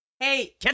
Hey